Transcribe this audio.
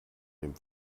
dem